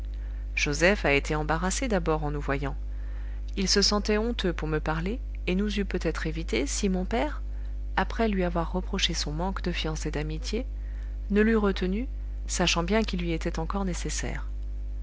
joseph a été embarrassé d'abord en nous voyant il se sentait honteux pour me parler et nous eût peut-être évités si mon père après lui avoir reproché son manque de fiance et d'amitié ne l'eût retenu sachant bien qu'il lui était encore nécessaire